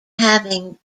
having